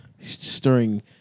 stirring